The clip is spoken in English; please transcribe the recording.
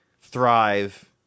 thrive